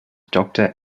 doctor